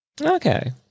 Okay